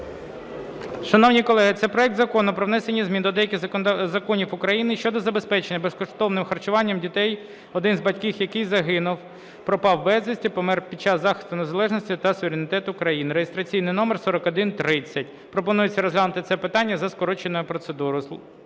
Шановні колеги, це проект Закону про внесення змін до деяких законів України щодо забезпечення безкоштовним харчуванням дітей, один із батьків яких загинув (пропав безвісти), помер під час захисту незалежності та суверенітету України (реєстраційний номер 4130). Пропонується розглянути це питання за скороченою процедурою.